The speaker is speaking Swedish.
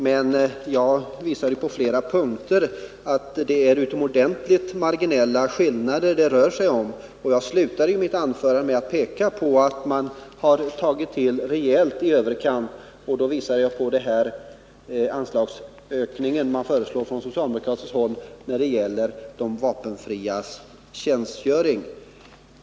Men jag visade på flera punkter att det är utomordentligt marginella skillnader det rör sig om. Jag slutade mitt anförande med att peka på att man från socialdemokraterna tagit till i överkant. Då visade jag på den här anslagsökningen som man föreslår från socialdemokratiskt håll när det gäller de vapenfrias tjänstgöring.